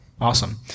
Awesome